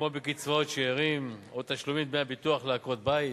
כמו בקצבאות שאירים או תשלום דמי ביטוח לעקרות-הבית,